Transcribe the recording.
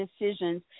decisions